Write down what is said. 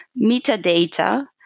metadata